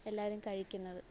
എല്ലാവരും കഴിക്കുന്നത്